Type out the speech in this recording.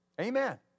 Amen